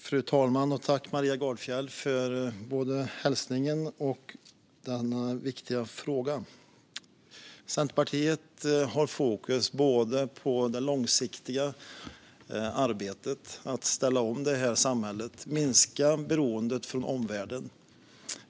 Fru talman! Tack, Maria Gardfjell, för både hälsningen och denna viktiga fråga! Centerpartiet har fokus både på det långsiktiga arbetet att ställa om samhället och på att minska beroendet av omvärlden.